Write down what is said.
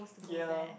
ya